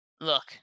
Look